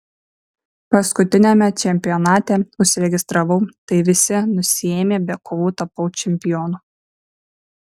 paskutiniame čempionate užsiregistravau tai visi nusiėmė be kovų tapau čempionu